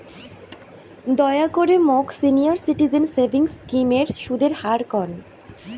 দয়া করে মোক সিনিয়র সিটিজেন সেভিংস স্কিমের সুদের হার কন